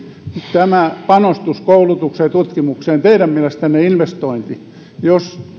tämä panostus koulutukseen ja tutkimukseen teidän mielestänne investointi jos